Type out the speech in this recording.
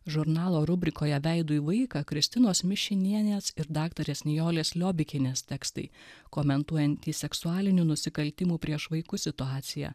žurnalo rubrikoje veidu į vaiką kristinos mišinienės ir daktarės nijolės liobikienės tekstai komentuojantys seksualinių nusikaltimų prieš vaikus situaciją